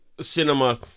cinema